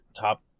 top